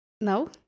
no